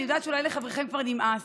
אני יודעת שאולי לחבריכם כבר נמאס,